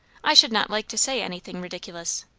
i should not like to say anything ridiculous.